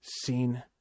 seen